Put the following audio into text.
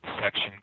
section